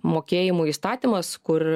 mokėjimų įstatymas kur